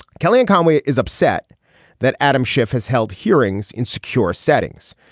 kellyanne conway is upset that adam schiff has held hearings in secure settings.